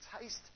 taste